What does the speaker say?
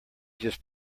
just